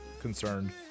concerned